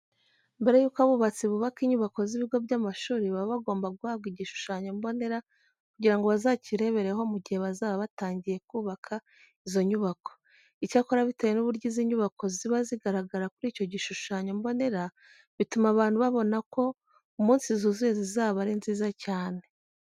Mbere yuko abubatsi bubaka inyubako z'ibigo by'amashuri baba bagomba guhabwa igishushanyo mbonera kugira ngo bazakirebereho mu gihe bazaba batangiye kubaka izo nyubako. Icyakora bitewe n'uburyo izi nyubako ziba zigaragara kuri icyo gishushanyo mbonera bituma abantu babona ko umunsi zuzuye zizaba ari nziza cyane.